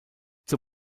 zur